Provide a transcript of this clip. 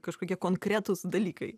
kažkokie konkretūs dalykai